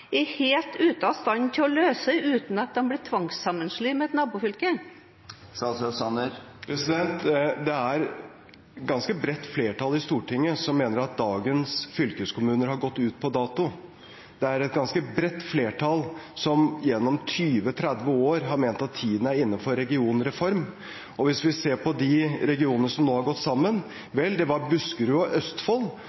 er helt ute av stand til å løse uten at de blir tvangssammenslått med et nabofylke? Det er et ganske bredt flertall i Stortinget som mener at dagens fylkeskommuner har gått ut på dato. Det er et ganske bredt flertall som gjennom 20–30 år har ment at tiden er inne for en regionreform. Hvis vi ser på de regionene som nå har gått sammen